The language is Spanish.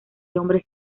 hombres